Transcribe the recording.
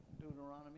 Deuteronomy